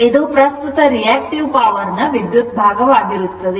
ಇದು ಪ್ರಸ್ತುತ reactive power ನ ವಿದ್ಯುತ್ ಭಾಗ ಇರುತ್ತದೆ